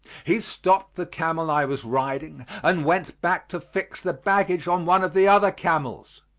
he stopped the camel i was riding and went back to fix the baggage on one of the other camels,